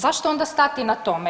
Zašto onda stati na tome?